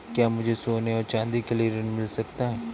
क्या मुझे सोने और चाँदी के लिए ऋण मिल सकता है?